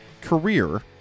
career